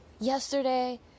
Yesterday